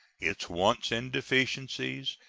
its wants and deficiencies,